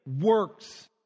works